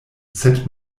sed